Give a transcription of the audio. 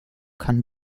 kann